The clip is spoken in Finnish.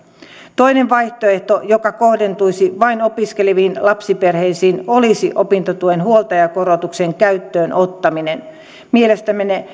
toinen vaihtoehto joka kohdentuisi vain opiskeleviin lapsiperheisiin olisi opintotuen huoltajakorotuksen käyttöön ottaminen mielestämme